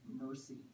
mercy